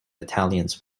battalions